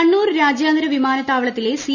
F Kannur രാജ്യാന്തര വിമാനതാവളത്തിലെ C